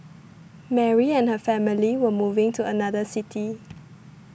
Mary and her family were moving to another city